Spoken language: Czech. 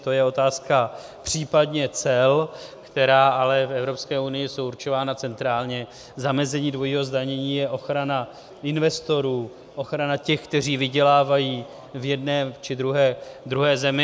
To je otázka případně cel, která ale v Evropské unii jsou určována centrálně, zamezení dvojího zdanění je ochrana investorů, ochrana těch, kteří vydělávají v jedné či druhé zemi.